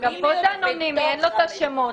-- גם פה זה אנונימי אין לו את השמות.